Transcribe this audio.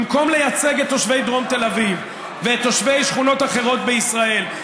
במקום לייצג את תושבי דרום תל אביב ואת תושבי שכונות אחרות בישראל,